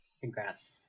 Congrats